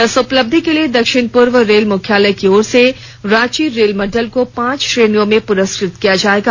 इस उपलब्धि के लिए दक्षिण पूर्व रेल मुख्यालय की ओर से रांची रेल मंडल को पांच श्रेणियों में पुरस्कृत किया जायेगा